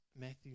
Matthew